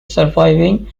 surviving